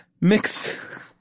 mix